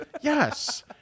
Yes